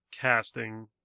casting